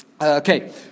Okay